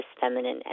feminine